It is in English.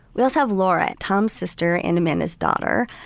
we also have laura, tom's sister in amanda's daughter.